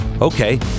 Okay